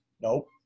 Nope